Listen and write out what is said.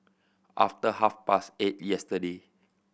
after half past eight yesterday